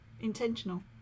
intentional